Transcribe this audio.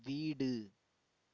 வீடு